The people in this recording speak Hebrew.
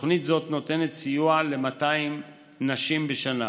תוכנית זו נותנת סיוע ל-200 נשים בשנה,